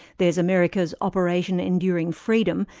there's america's operation enduring freedom,